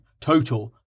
total